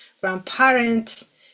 grandparents